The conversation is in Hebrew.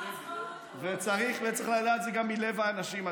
מחזקות אותו, וצריך לדעת שזה גם מלב האנשים.